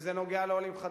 וזה נוגע לעולים חדשים,